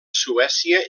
suècia